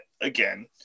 again